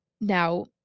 now